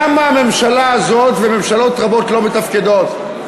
למה הממשלה הזאת וממשלות רבות לא מתפקדות?